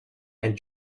and